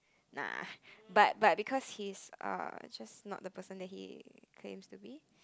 nah but but because he's a just not a person that he claims to be